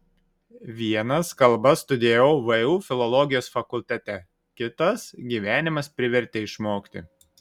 vienas kalbas studijavau vu filologijos fakultete kitas gyvenimas privertė išmokti